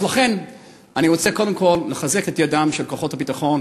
אז לכן אני רוצה קודם כול לחזק את ידיהם של כוחות הביטחון,